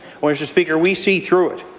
but mr. speaker, we see through it.